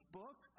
book